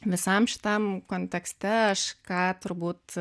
visam šitam kontekste aš ką turbūt